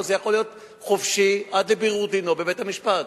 וזה יכול להיות לחופשי עד לבירור דינו בבית-המשפט.